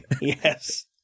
Yes